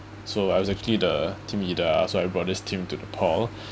so I was actually the team leader lah so I brought this team to nepal